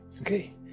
Okay